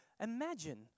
Imagine